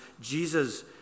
Jesus